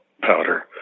powder